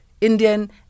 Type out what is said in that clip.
Indian